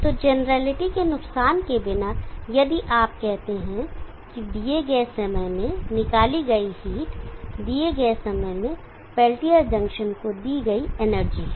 तो जेनीरैलिटी के नुकसान के बिना यदि आप कहते हैं कि दिए गए समय में निकाली गई हीट दिए गए समय में पेल्टियर जंक्शन को दी गई एनर्जी है